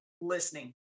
listening